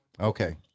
Okay